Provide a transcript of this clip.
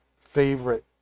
favorite